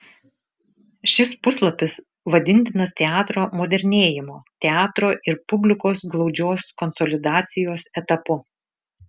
šis puslapis vadintinas teatro modernėjimo teatro ir publikos glaudžios konsolidacijos etapu